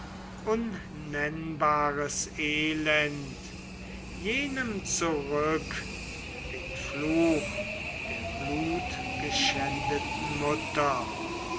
unnennbares elend jenem zurück den fluch der blutgeschändeten mutter